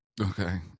Okay